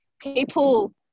people